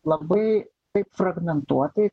labai taip fragmentuotai